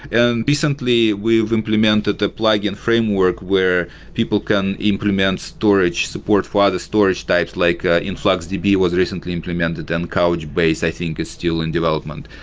and recently, we've implemented the plugin framework, where people can implement storage support for other storage types, like ah influxdb was recently implemented, and couchbase i think is still in development.